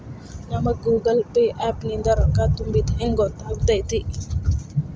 ನಮಗ Google pay app ನಿಂದ ರೊಕ್ಕಾ ತುಂಬಿದ್ದ ಹೆಂಗ್ ಗೊತ್ತ್ ಆಗತೈತಿ?